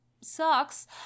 sucks